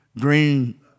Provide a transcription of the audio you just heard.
Green